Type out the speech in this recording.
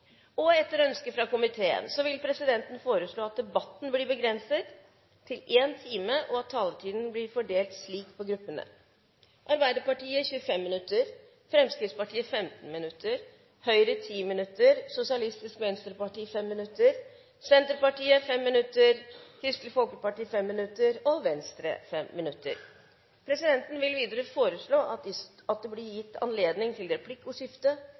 og anser det for vedtatt. Etter ønske fra utenriks- og forsvarskomiteen vil presidenten foreslå at debatten blir begrenset til 1 time, og at taletiden blir fordelt slik på gruppene: Arbeiderpartiet 25 minutter, Fremskrittspartiet 15 minutter, Høyre 10 minutter, Sosialistisk Venstreparti 5 minutter, Senterpartiet 5 minutter, Kristelig Folkeparti 5 minutter og Venstre 5 minutter. Presidenten vil videre foreslå at det blir gitt anledning til replikkordskifte